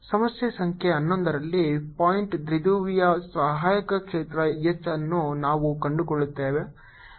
ಸಮಸ್ಯೆ ಸಂಖ್ಯೆ 11 ರಲ್ಲಿ ಪಾಯಿಂಟ್ ದ್ವಿಧ್ರುವಿಯ ಸಹಾಯಕ ಕ್ಷೇತ್ರ H ಅನ್ನು ನಾವು ಕಂಡುಕೊಳ್ಳುತ್ತೇವೆ